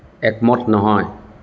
একমত নহয়